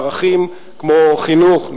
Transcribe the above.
לערכים כמו חינוך.